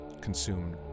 consumed